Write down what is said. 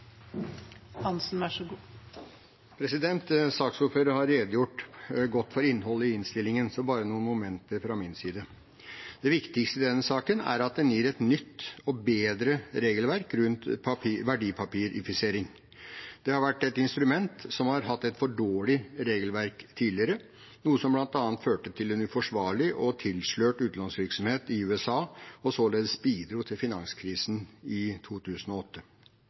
at den gir et nytt og bedre regelverk rundt verdipapirisering. Det har vært et instrument som har hatt et for dårlig regelverk tidligere, noe som bl.a. førte til en uforsvarlig og tilslørt utlånsvirksomhet i USA og således bidro til finanskrisen i 2008.